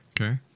Okay